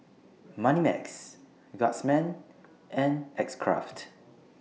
Moneymax Guardsman and X Craft